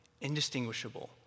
indistinguishable